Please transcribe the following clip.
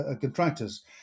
contractors